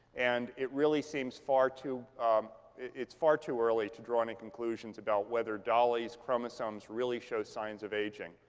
and it really seems far too it's far too early to draw any conclusions about whether dolly's chromosomes really showed signs of aging.